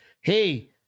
Hey